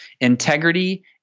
integrity